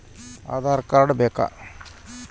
Aadhaar card ಬೇಕಾ?